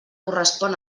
correspon